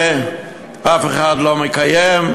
ואף אחד לא מקיים,